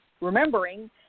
remembering